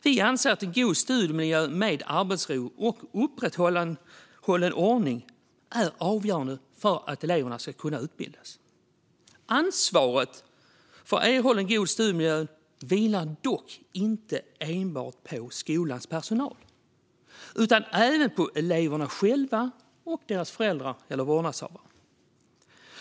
Vi anser att en god studiemiljö med arbetsro och upprätthållen ordning är avgörande för att eleverna ska kunna utbildas. Ansvaret för att erhålla en god studiemiljö vilar dock inte enbart på skolans personal utan även på eleverna själva och deras föräldrar eller vårdnadshavare.